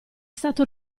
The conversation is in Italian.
stato